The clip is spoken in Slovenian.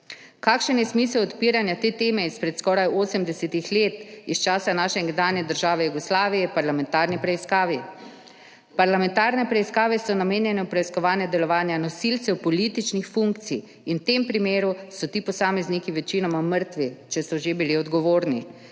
Kakšen je smisel odpiranja te teme izpred skoraj 80 let, iz časa naše nekdanje države Jugoslavije, v parlamentarni preiskavi? Parlamentarne preiskave so namenjene preiskovanju delovanja nosilcev političnih funkcij, v tem primeru so ti posamezniki večinoma mrtvi, če so že bili odgovorni.